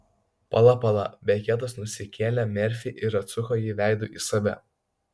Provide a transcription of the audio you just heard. pala pala beketas nusikėlė merfį ir atsuko jį veidu į save